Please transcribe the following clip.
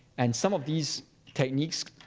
and some of these techniques,